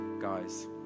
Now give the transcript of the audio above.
guys